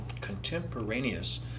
contemporaneous